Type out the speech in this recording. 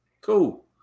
Cool